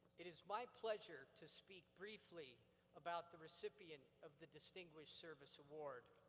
it is my pleasure to speak briefly about the recipient of the distinguished service award.